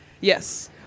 Yes